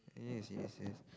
yes yes yes